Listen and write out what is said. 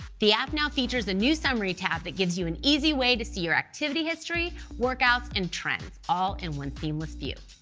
the app now features a new summary tab that gives you an easy way to see your activity history, workouts and trends, all in one seamless view.